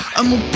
I'ma